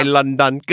London